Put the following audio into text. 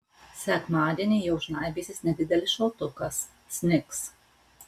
sekmadienį jau žnaibysis nedidelis šaltukas snigs